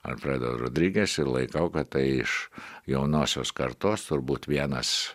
alfredo rodriges ir laikau kad tai iš jaunosios kartos turbūt vienas